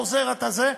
אתה עוזר ואתה זה,